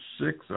six